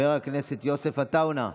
חבר הכנסת יוסף עטאונה,